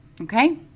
okay